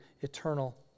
eternal